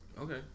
Okay